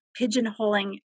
pigeonholing